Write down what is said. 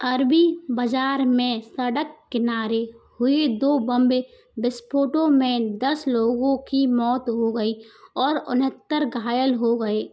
अरबी बजार में सड़क किनारे हुए दो बम विस्फोटों में दस लोगों की मौत हो गई और उनहत्तर घायल हो गए